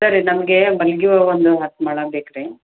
ಸರಿ ನಮಗೆ ಮಲ್ಲಿಗೆ ಹೂ ಒಂದು ಹತ್ತು ಮೊಳ ಬೇಕು ರೀ